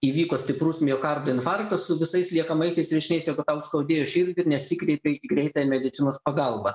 įvyko stiprus miokardo infarktas su visais liekamaisiais reiškiniais jeigu tau skaudėjo širdį nesikreipei į greitąją medicinos pagalbą